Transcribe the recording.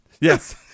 Yes